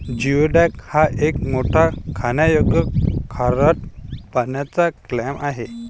geoduck हा एक मोठा खाण्यायोग्य खारट पाण्याचा क्लॅम आहे